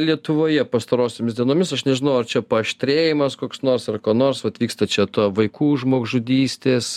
lietuvoje pastarosiomis dienomis aš nežinau ar čia paaštrėjimas koks nors ar ko nors vat vyksta čia ta vaikų žmogžudystės